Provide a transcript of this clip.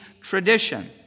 tradition